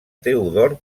teodor